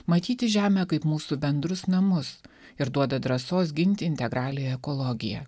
matyti žemę kaip mūsų bendrus namus ir duoda drąsos gint integraliąją ekologiją